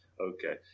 okay